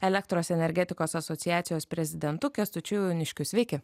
elektros energetikos asociacijos prezidentu kęstučiu jauniškiu sveiki